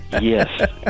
Yes